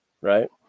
right